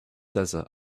desert